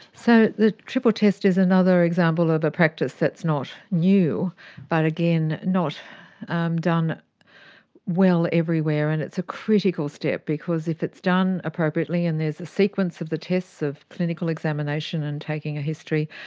so the triple test is another example of a practice that's not new but again, not um done well everywhere and it's a critical step because if it's done appropriately, and there's a sequence of the tests of clinical examination and taking a history,